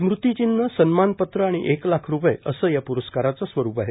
स्मृती चिन्ह सन्मानपत्र आणि एक लाख रूपये असं या पुरस्काराचं स्वरूप आहे